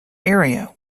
area